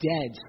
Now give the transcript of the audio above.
dead